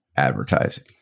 advertising